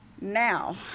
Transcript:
Now